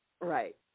Right